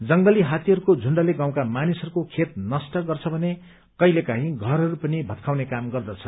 जंगली हात्तीहरूको झुण्डले गाँउका मानिसहरूले खेत नष्ट गर्छ भने कहिले काही घरहरू पनि भत्काउने काम गर्दछ